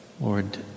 Lord